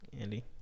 Andy